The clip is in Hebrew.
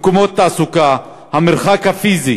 מקומות תעסוקה והמרחק הפיזי